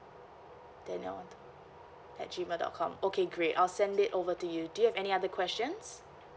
daniel one two at gmail dot com okay great I'll send it over to you do you have any other questions